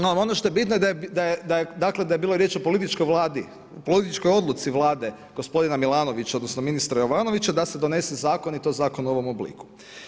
No ono što je bitno da je, dakle da je bilo riječ o političkoj Vladi, političkoj odluci Vlade gospodina Milanovića, odnosno ministra Jovanovića da se donese zakon i to zakon u ovom obliku.